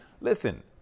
Listen